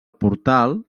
portal